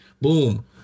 Boom